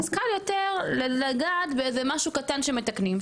אז קל יותר לגעת באיזה משהו קטן שמתקנים,